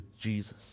Jesus